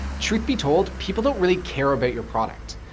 truth be told, people don't really care about your product.